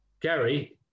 Gary